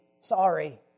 sorry